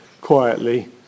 quietly